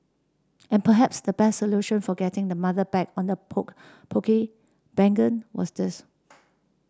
and perhaps the best solution for getting the mother back on the Poke was this